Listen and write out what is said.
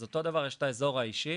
אז אותו הדבר יש את האזור האישי,